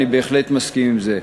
אני בהחלט מסכים עם זה.